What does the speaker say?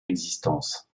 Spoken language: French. existence